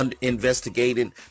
investigating